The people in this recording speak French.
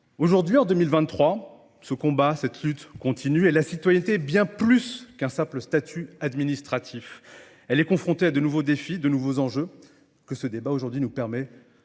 Aujourd'hui, en 2023, ce combat, cette lutte continue et la citoyenneté est bien plus qu'un simple statut administratif. Elle est confrontée à de nouveaux défis, à de nouveaux enjeux que ce débat aujourd'hui nous permet